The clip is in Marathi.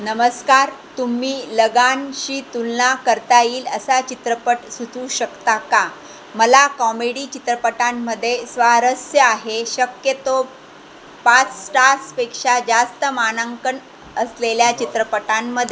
नमस्कार तुम्ही लगानशी तुलना करता येईल असा चित्रपट सुचवू शकता का मला कॉमेडी चित्रपटांमध्ये स्वारस्य आहे शक्यतो पाच स्टार्सपेक्षा जास्त मानांकन असलेल्या चित्रपटांमध्ये